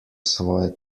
svoje